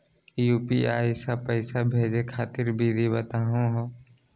UPI स पैसा भेजै खातिर विधि बताहु हो?